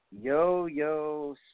yo-yo